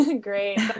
great